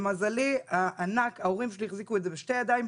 למזלי הענק ההורים שלי החזיקו את זה בשתי הידיים,